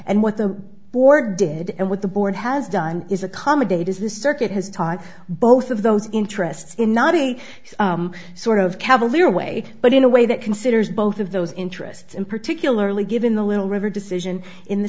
and what the board did and what the board has done is accommodate is the circuit has taught both of those interests in not a sort of cavalier way but in a way that considers both of those interests and particularly given the little river decision in the